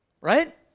right